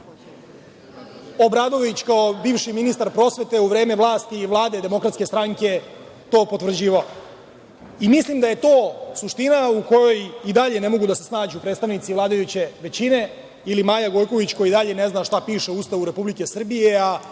Obradović kao bivši ministar prosvete u vreme vlasti i Vlade DS to potvrđivao. Mislim da je to suština u kojoj i dalje ne mogu da se snađu predstavnici vladajuće većine ili Maja Gojković, koja i dalje ne zna šta piše u Ustavu Republike Srbije,